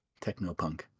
technopunk